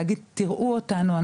להגיד תיראו אותנו,